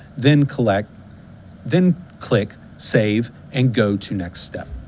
then click then click save and go to next step.